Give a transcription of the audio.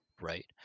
Right